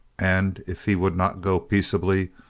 and if he would not go peaceably,